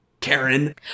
Karen